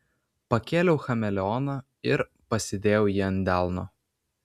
pakėliau chameleoną ir pasidėjau jį ant delno